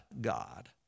God